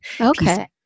Okay